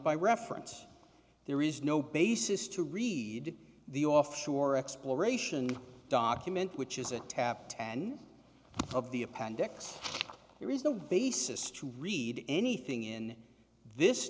by reference there is no basis to read the offshore exploration document which is a tap ten of the appendix there is no basis to read anything in this